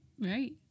Right